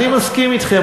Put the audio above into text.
אני מסכים אתכם,